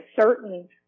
certain